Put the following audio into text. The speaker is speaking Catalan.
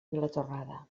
vilatorrada